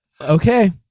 okay